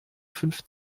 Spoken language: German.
fünf